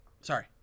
sorry